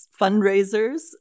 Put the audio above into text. fundraisers